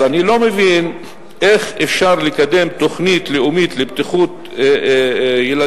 אז אני לא מבין איך אפשר לקדם תוכנית לאומית לבטיחות ילדים